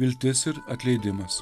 viltis ir atleidimas